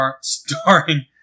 starring